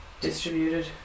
Distributed